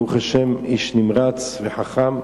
ברוך השם, איש נמרץ וחכם,